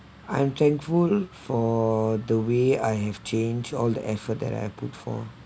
I'm thankful for the way I have change all the effort that I put for